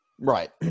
Right